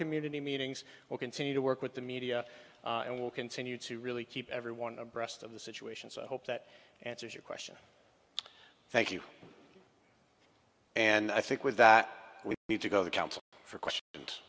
meetings will continue to work with the media and will continue to really keep everyone abreast of the situation so i hope that answers your question thank you and i think with that we need to go the counsel for question